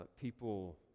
people